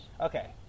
Okay